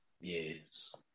Yes